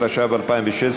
התשע"ו 2016,